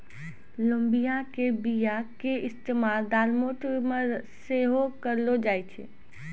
लोबिया के बीया के इस्तेमाल दालमोट मे सेहो करलो जाय छै